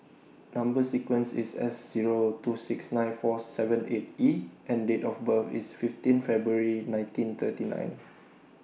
Number sequence IS S Zero two six nine four seven eight E and Date of birth IS fifteen February nineteen thirty nine